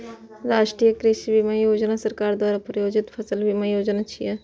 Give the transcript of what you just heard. राष्ट्रीय कृषि बीमा योजना सरकार द्वारा प्रायोजित फसल बीमा योजना छियै